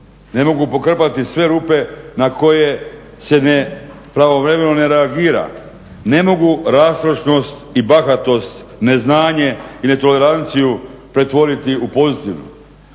Ne mogu pokrpati sve rupe na koje se ne pravovremeno ne reagira, ne mogu rastrošnost i bahatost, neznanje i netoleranciju pretvoriti u pozitivno.